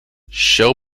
show